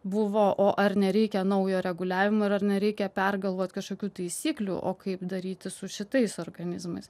buvo o ar nereikia naujo reguliavimo ir ar nereikia pergalvot kažkokių taisyklių o kaip daryti su šitais organizmais